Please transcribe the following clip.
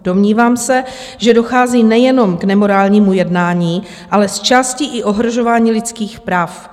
Domnívám se, že dochází nejenom k nemorálnímu jednání, ale zčásti i ohrožování lidských práv.